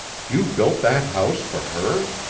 you built that house for her?